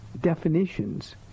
definitions